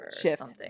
shift